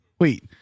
wait